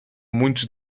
muitos